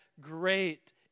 great